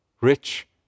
rich